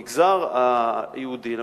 במגזר היהודי,